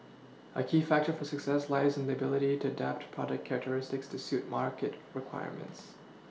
a key factor for success lies in the ability to adapt product characteristics to suit market requirements